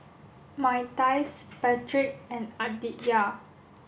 Myrtice Patric and Aditya